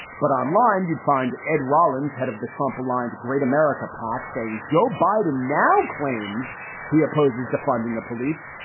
but online, you'd find ed rollins, head of the trump aligned great america pac, saying joe biden now claims he opposes defunding the police.